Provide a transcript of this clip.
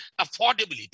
affordability